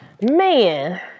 Man